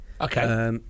Okay